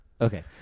Okay